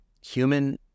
Human